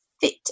Fit